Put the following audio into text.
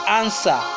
answer